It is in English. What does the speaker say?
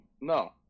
No